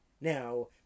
Now